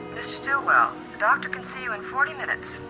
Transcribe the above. mr. stillwell, the doctor can see you in forty minutes.